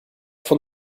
von